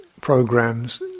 programs